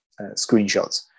screenshots